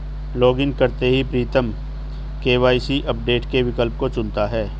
login करते ही Pritam KYC update के विकल्प को चुनता है